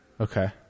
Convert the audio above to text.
Okay